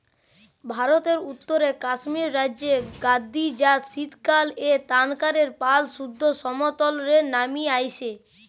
ভারতের উত্তরে কাশ্মীর রাজ্যের গাদ্দি জাত শীতকালএ তানকের পাল সুদ্ধ সমতল রে নামি আইসে